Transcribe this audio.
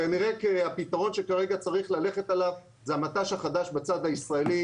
כנראה הפתרון שכרגע צריך ללכת עליו זה המט"ש החדש בצד הישראלי,